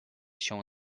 się